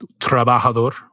trabajador